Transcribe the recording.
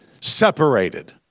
separated